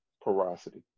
porosity